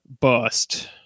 bust